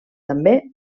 també